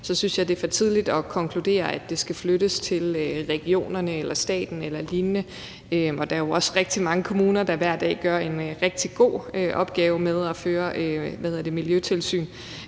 jeg synes, det er for tidligt at konkludere, at det skal flyttes til regionerne, staten eller lignende. Der er jo også rigtig mange kommuner, der hver dag udfører en rigtig god opgave med at føre miljøtilsyn.